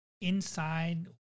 Inside